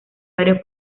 varios